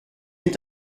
est